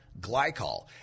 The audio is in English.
glycol